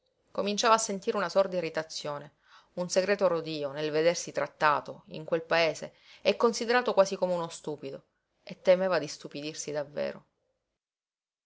cominciava a sentire una sorda irritazione un segreto rodío nel vedersi trattato in quel paese e considerato quasi come uno stupido e temeva di istupidirsi davvero